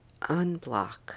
unblock